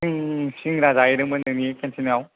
जों सिंग्रा जाहैदोंमोन नोंनि केनटिनाव